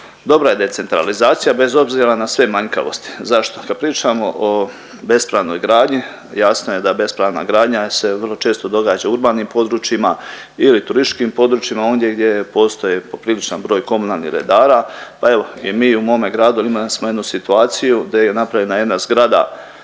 Dobra je decentralizacija bez obzira na sve manjkavosti. Zašto? Kad pričamo o bespravnoj gradnji, jasno je da bespravna gradnja se vrlo često događa u urbanim područjima ili turističkim područjima ondje gdje postoji popriličan broj komunalnih redara pa evo i mi u mome gradu imali smo jednu situaciju gdje je napravljena jedna zgrada